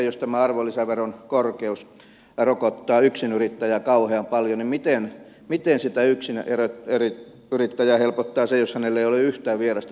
jos tämä arvonlisäveron korkeus rokottaa yksinyrittäjää kauhean paljon niin miten sitä yksinyrittäjää helpottaa se jos hänellä ei ole yhtään vierasta työvoimaa